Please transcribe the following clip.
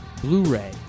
Blu-ray